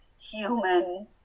human